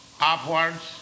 upwards